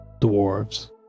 dwarves